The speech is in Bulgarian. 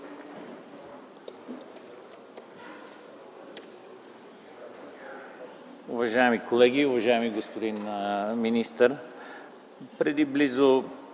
Уважаеми колеги! Уважаеми господин министър, преди близо